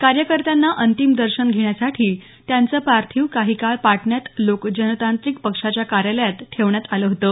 कार्यकर्त्यांना अंतिम दर्शन घेण्यासाठी त्यांचं पार्थिव काही काळ पाटण्यात लोक जनतांत्रिक पक्षाच्या कार्यालयात ठेवण्यात आलं होतं